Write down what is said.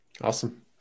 Awesome